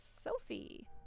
Sophie